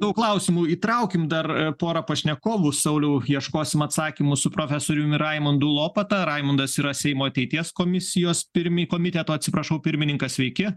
daug klausimų įtraukim dar porą pašnekovų sauliau ieškosim atsakymų su profesoriumi raimundu lopata raimundas yra seimo ateities komisijos pirmi komiteto atsiprašau pirmininkas sveiki